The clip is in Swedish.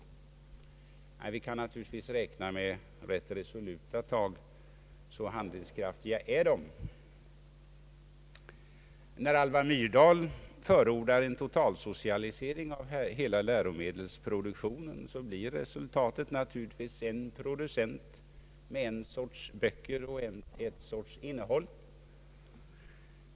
Vi kan naturligtvis räkna med rätt resoluta tag — så handlingskraftiga är de. När Alva Myrdal förordar en totalsocialisering av hela läromedelsproduktionen, blir resultatet en producent med en sorts böcker och en sorts innehåll.